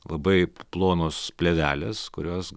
labai plonos plėvelės kurios